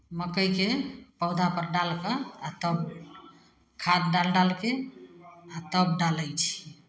मक्कइके पौधापर डालि कऽ आ तब खाद डालि डालि कऽ आ तब डालै छी